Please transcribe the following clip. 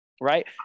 right